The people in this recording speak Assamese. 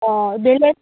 অঁ